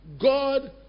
God